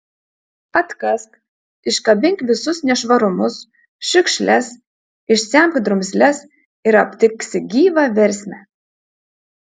atkask iškabink visus nešvarumus šiukšles išsemk drumzles ir aptiksi gyvą versmę